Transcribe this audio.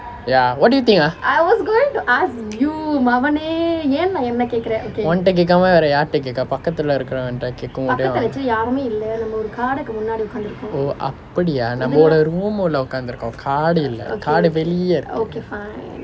ya what do you think ah உன்டெ கேட்கமா வேற யார்டே கேட்க பக்கத்தில் இருக்கிறவன் கிட்ட கேட்கையா முடியும்:unttae kaetkamaa vera yaarttae kaetka pakkathil irukiravan kitta kaetkaiyaa mudiyum oh அப்படியா நம்மாவோட:appadiyaa nammavoda room லே உட்கார்ந்திருக்கும் காடு இல்லை காடு வெளியே இருக்கு:illae utkaarnthirukkum kaadu illai kaadu veliye irukku